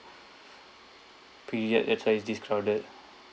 this crowded